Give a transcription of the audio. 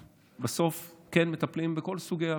בסוף כן מטפלים בכל סוגי הפניות,